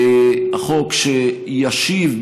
החוק שישיב,